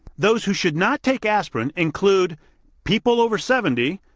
those who should not take aspirin include people over seventy,